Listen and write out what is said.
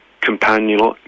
Companion